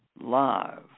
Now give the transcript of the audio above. live